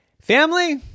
family